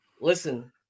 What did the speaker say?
listen